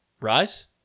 Rise